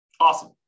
Awesome